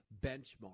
benchmark